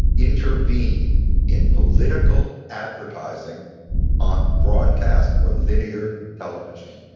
intervene in political advertising on broadcast or linear television.